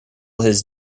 his